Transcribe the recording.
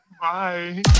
Bye